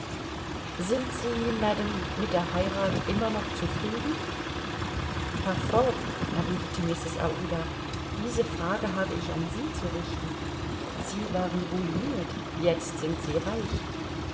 sind sie madame mit der heirat immer noch zufrieden herr fogg erwiderte mrs aouda diese frage habe ich an sie zu richten sie waren ruinirt jetzt sind sie reich